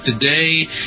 today